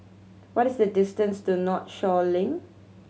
what is the distance to Northshore Link